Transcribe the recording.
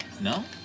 No